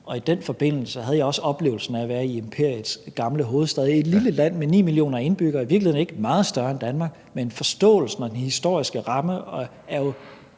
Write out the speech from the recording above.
og i den forbindelse havde jeg også oplevelsen af at være i imperiets gamle hovedstad – i et lille land med 9 millioner indbyggere, i virkeligheden ikke meget større end Danmark. Men forståelsen og den historiske ramme er jo